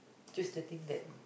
just the thing that